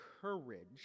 courage